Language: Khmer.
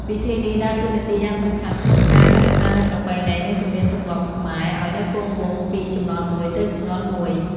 ពិធីនេះដើរតួនាទីយ៉ាងសំខាន់ក្នុងការ ថែរក្សានូវប្រពៃណី និង ទំនៀមទម្លាប់ខ្មែរ ឲ្យនៅគង់វង្សពី ជំនាន់មួយទៅជំនាន់មួយ។